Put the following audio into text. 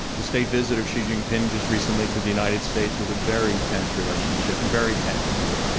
the state visit of xi jinping just recently to the united states was a very tense relationship, very tense meeting.